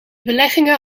beleggingen